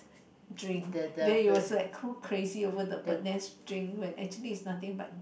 drink there it was like cool crazy over the bird nest drink when actually is nothing but